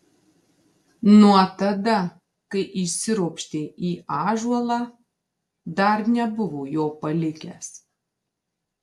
nuo tada kai įsiropštė į ąžuolą dar nebuvo jo palikęs